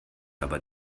aber